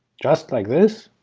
just like this.